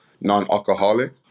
non-alcoholic